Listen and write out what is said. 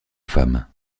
femmes